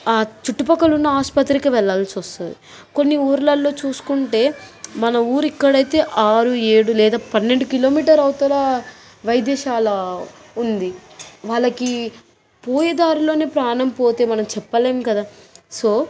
చుట్టుపక్కలు ఉన్న ఆసుపత్రికి వెళ్లాల్సొస్తది కొన్ని ఊర్లలో చూసుకుంటే మన ఊరిక్కడైతే ఆరు ఏడు లేదా పన్నెండు కిలోమీటరవతల వైద్యశాల ఉంది వాళ్ళకి పోయేదారిలోనే ప్రాణం పోతే మనం చెప్పలేము కదా సో